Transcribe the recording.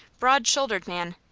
broad-shouldered man,